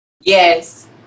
Yes